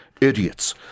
Idiots